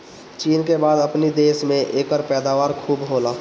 चीन के बाद अपनी देश में एकर पैदावार खूब होला